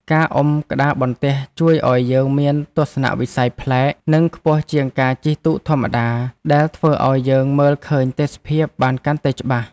ការអុំក្តារបន្ទះជួយឱ្យយើងមានទស្សនវិស័យប្លែក និងខ្ពស់ជាងការជិះទូកធម្មតា ដែលធ្វើឱ្យយើងមើលឃើញទេសភាពបានកាន់តែច្បាស់។